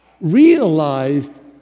realized